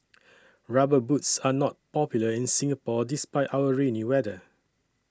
rubber boots are not popular in Singapore despite our rainy weather